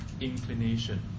inclination